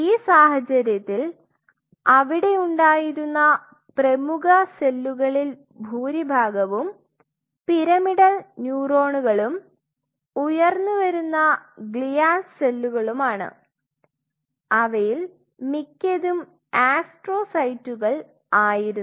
ഈ സാഹചര്യത്തിൽ അവിടെ ഉണ്ടായിരുന്ന പ്രമുഖ സെല്ലുകളിൽ ഭൂരിഭാഗവും പിരമിഡൽ ന്യൂറോണുകളും ഉയർന്നുവരുന്ന ഗ്ലിയൽ സെല്ലുകളുമാണ് അവയിൽ മിക്കതും ആസ്ട്രോസൈറ്റുകൾ ആയിരുന്നു